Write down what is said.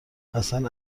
حسن